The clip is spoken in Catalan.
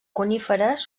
coníferes